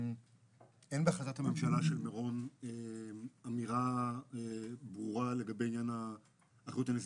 אין בהחלטת הממשלה של מירון אמירה ברורה לגבי עניין האחריות הנזיקית.